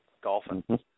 Golfing